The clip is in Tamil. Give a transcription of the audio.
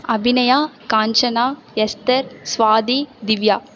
அபிநயா காஞ்சனா எஸ்தர் சுவாதி திவ்யா